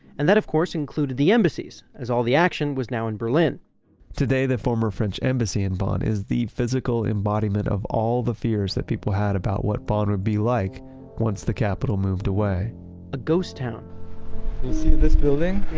and that, of course, included the embassies, as all the action was now in berlin today, the former french embassy in bonn is the physical embodiment of all the fears that people had about what bonn would be like once the capital moved away a ghost town see this building?